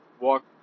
walk